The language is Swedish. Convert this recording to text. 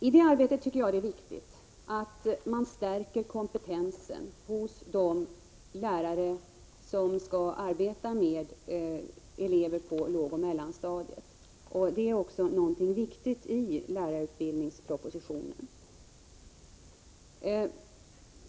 I det arbetet tycker jag det är viktigt att stärka kompetensen hos de lärare som skall arbeta med elever på lågoch mellanstadiet. Det är också någonting viktigt i lärarutbildningspropositionen.